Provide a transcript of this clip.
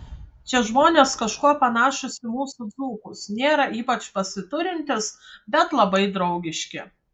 čia žmonės kažkuo panašūs į mūsų dzūkus nėra ypač pasiturintys bet labai draugiški